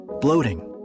bloating